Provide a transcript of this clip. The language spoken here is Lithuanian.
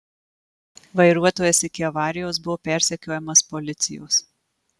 vairuotojas iki avarijos buvo persekiojamas policijos